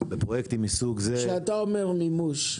בפרויקטים מסוג זה --- כשאתה אומר "מימוש",